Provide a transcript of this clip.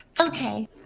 okay